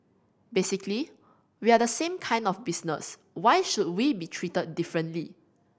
basically we are the same kind of business why should we be treated differently